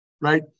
right